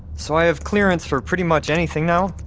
so i have clearance for pretty much anything now?